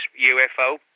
UFO